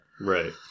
Right